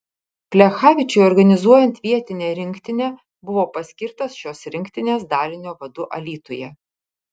plechavičiui organizuojant vietinę rinktinę buvo paskirtas šios rinktinės dalinio vadu alytuje